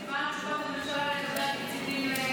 מה עם התקציבים,